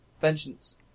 Vengeance